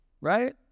right